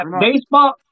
baseball